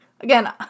Again